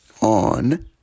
on